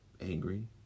angry